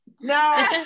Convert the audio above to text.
No